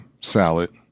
salad